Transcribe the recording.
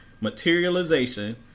materialization